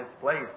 place